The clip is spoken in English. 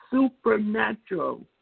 supernatural